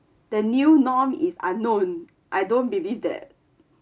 the new norm is unknown I don't believe that